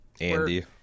Andy